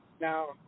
Now